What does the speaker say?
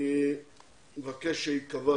אני מבקש שייקבע